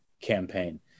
campaign